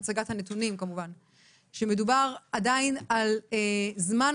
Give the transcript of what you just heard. הצגת הנתונים מראה שמדובר עדיין על זמן